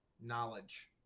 knowledge